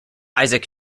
isaac